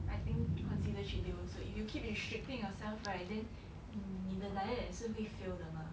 I think consider cheat they also if you keep restricting yourself right then 你的 diet 也是会 fail 的 mah